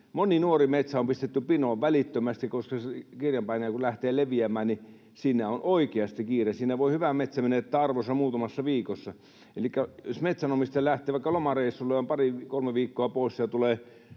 moni nuori metsä on pistetty pinoon välittömästi, koska kun kirjanpainaja lähtee leviämään, niin siinä on oikeasti kiire. Siinä voi hyvä metsä menettää arvonsa muutamassa viikossa. Elikkä jos metsänomistaja lähtee vaikka lomareissulle, on pari kolme viikkoa poissa ja tulee